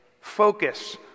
focus